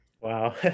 Wow